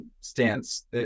stance